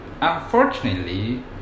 Unfortunately